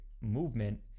movement